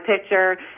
picture